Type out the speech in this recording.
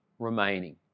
Remaining